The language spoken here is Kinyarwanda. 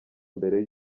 mbere